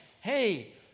Hey